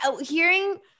hearing